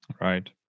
right